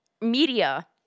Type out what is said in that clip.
media